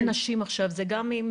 זה גם עם